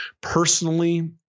personally